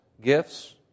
gifts